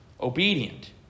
obedient